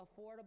affordable